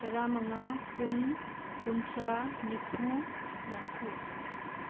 ꯇꯔꯥꯃꯉꯥ ꯀꯨꯟ ꯀꯨꯟꯊ꯭ꯔꯥ ꯅꯤꯐꯨ ꯌꯥꯡꯈꯩ